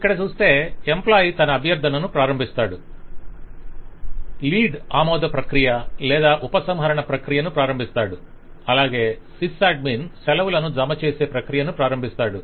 ఇక్కడ చూస్తే ఎంప్లాయి తన అభ్యర్థనను ప్రారంభిస్తాడు లీడ్ ఆమోద ప్రక్రియ లేదా ఉపసంహరణ ప్రక్రియను ప్రారంభిస్తాడు అలాగే సిస్ అడ్మిన్ సెలవులను జమచేసే ప్రక్రియను ప్రారంభిస్తాడు